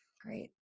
Great